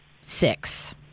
six